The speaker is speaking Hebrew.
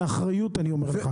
באחריות אני אומר לך.